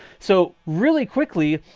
so really quickly.